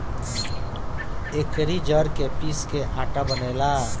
एकरी जड़ के पीस के आटा बनेला